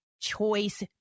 choice